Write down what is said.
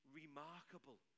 remarkable